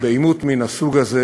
בעימות מן הסוג הזה